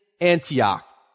Antioch